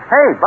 Hey